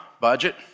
budget